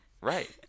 Right